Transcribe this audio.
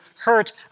hurt